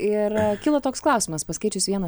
ir kilo toks klausimas paskaičius vieną